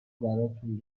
براتون